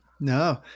No